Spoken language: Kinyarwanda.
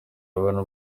abana